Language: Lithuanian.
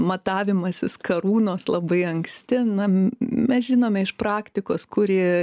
matavimasis karūnos labai anksti na mes žinome iš praktikos kuri